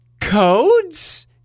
codes